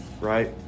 right